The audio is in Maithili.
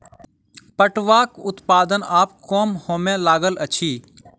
पटुआक उत्पादन आब कम होमय लागल अछि